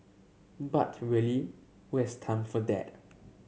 but really who has time for that